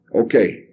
Okay